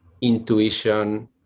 intuition